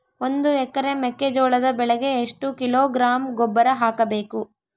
ಒಂದು ಎಕರೆ ಮೆಕ್ಕೆಜೋಳದ ಬೆಳೆಗೆ ಎಷ್ಟು ಕಿಲೋಗ್ರಾಂ ಗೊಬ್ಬರ ಹಾಕಬೇಕು?